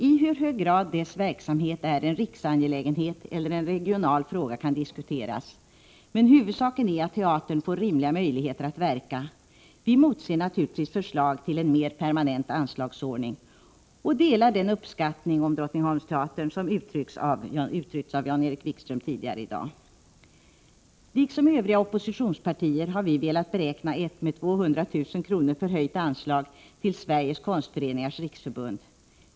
I hur hög grad dess verksamhet är en riksangelägenhet eller en regional fråga kan diskuteras, men huvudsaken är att teatern får rimliga möjligheter att verka. Vi motser naturligtvis förslag till en mer permanent anslagsordning. Vi delar den uppskattning av Drottningholmsteatern som uttryckts av Jan-Erik Wikström tidigare i dag. Liksom övriga oppositionspartier har vi velat beräkna ett med 200 000 kr. förhöjt förslag till Sveriges konstföreningars riksförbund.